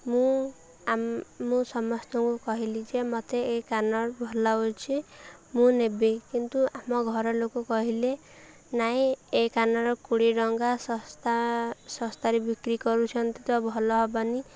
ମୁଁ ମୁଁ ସମସ୍ତଙ୍କୁ କହିଲି ଯେ ମୋତେ ଏ କାନ ଭଲ ଲାଗୁଛି ମୁଁ ନେବି କିନ୍ତୁ ଆମ ଘର ଲୋକ କହିଲେ ନାଇଁ ଏ କାନର କୋଡ଼ିଏ ଟଙ୍କା ଶସ୍ତା ଶସ୍ତାରେ ବିକ୍ରି କରୁଛନ୍ତି ତ ଭଲ ହେବନି